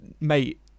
Mate